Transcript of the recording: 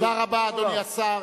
תודה רבה, אדוני השר.